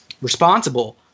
responsible